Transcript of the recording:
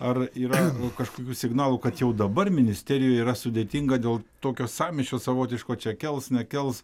ar yra kažkokių signalų kad jau dabar ministerijoje yra sudėtinga dėl tokio sąmyšio savotiško čia kels nekels